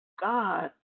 God